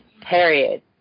Period